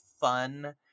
fun